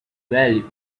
value